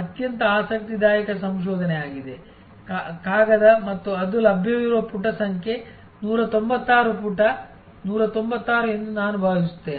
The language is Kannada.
ಅತ್ಯಂತ ಆಸಕ್ತಿದಾಯಕ ಸಂಶೋಧನೆಯಾಗಿದೆ ಕಾಗದ ಮತ್ತು ಅದು ಲಭ್ಯವಿರುವ ಪುಟ ಸಂಖ್ಯೆ 196 ಪುಟ 196 ಎಂದು ನಾನು ಭಾವಿಸುತ್ತೇನೆ